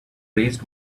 raised